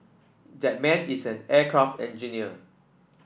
that man is an aircraft engineer